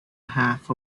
half